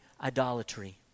idolatry